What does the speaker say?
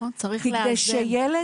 כדי שילד